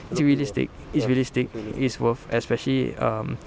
it's uh realistic it's realistic it's worth especially um